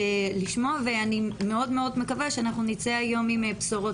ואני מאוד מקווה שאנחנו נצא היום עם בשורות